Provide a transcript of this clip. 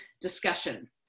discussion